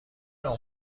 نوع